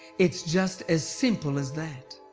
it's just as simple as that.